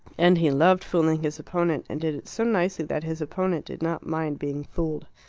and he loved fooling his opponent, and did it so nicely that his opponent did not mind being fooled.